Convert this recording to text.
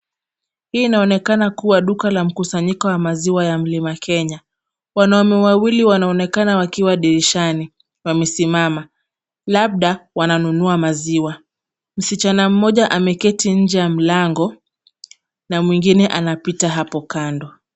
Hii inaonekana kuwa duka la mkusanyiko ya maziwa ya Mlima Kenya. Wanaume wawili wanaonekana wakiwa dirishani wamesimama, labda wananunua maziwa. Msichana mmoja ameketi nje ya mlango, na mwingine anapita hapo kando.